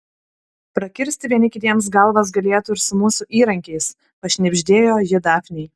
prakirsti vieni kitiems galvas galėtų ir su mūsų įrankiais pašnibždėjo ji dafnei